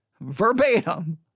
verbatim